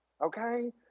Okay